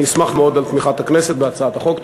אני אשמח מאוד על תמיכת הכנסת בהצעת החוק.